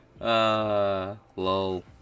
lol